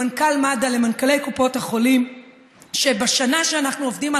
למנכ"ל מד"א ולמנכ"לי קופות החולים על שבשנה שאנחנו עובדים על